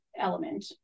element